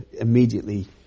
immediately